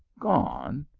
gone!